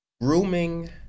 Grooming